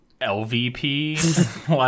LVP